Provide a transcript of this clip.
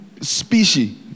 species